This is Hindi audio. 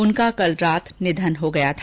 उनका कल रात निधन हो गया था